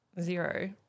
zero